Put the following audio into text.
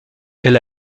elle